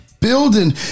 Building